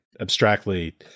abstractly